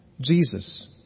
Jesus